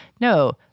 no